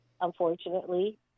unfortunately